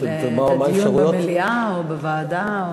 דיון במליאה או בוועדה?